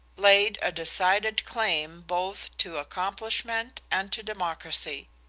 laid a decided claim both to accomplishment and to democracy.